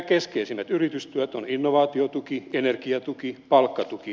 keskeisimmät yritystuet ovat innovaatiotuki energiatuki palkkatuki